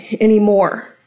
anymore